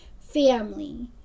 family